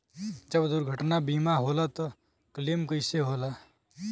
जब दुर्घटना बीमा होला त क्लेम कईसे होला?